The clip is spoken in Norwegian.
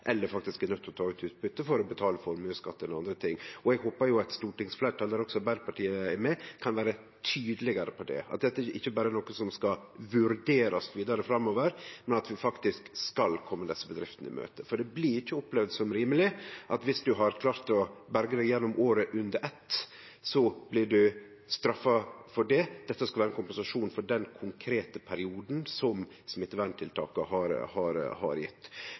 eller faktisk er nøydde til å ta ut utbyte for å betale formuesskatt eller andre ting, skal ikkje bli straffa. Eg håpar at stortingsfleirtalet, der også Arbeidarpartiet er med, kan vere tydelegare på det, at dette ikkje berre er noko som skal vurderast vidare framover, men at vi faktisk skal kome desse bedriftene i møte. For det blir ikkje opplevd som rimeleg at viss ein har klart å berge seg gjennom året under eitt, blir ein straffa for det. Dette skal vere ein kompensasjon for den konkrete perioden som smitteverntiltaka har